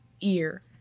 ear